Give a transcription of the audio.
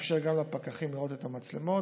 ולאפשר גם לפקחים לראות את המצלמות,